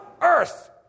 earth